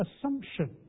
assumption